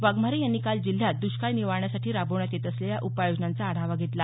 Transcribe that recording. वाघमारे यांनी काल जिल्ह्यात दष्काळ निवारण्यासाठी राबवण्यात येत असलेल्या उपाय योजनांचा आढावा घेतला